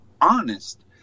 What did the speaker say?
honest